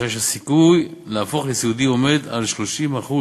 בשעה שהסיכוי להפוך לסיעודי עומד על 30%,